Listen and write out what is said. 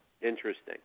Interesting